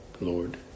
Lord